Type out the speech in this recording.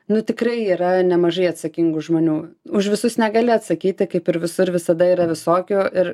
nu tikrai yra nemažai atsakingų žmonių už visus negali atsakyti kaip ir visur visada yra visokių ir